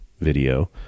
video